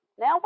Now